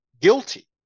guilty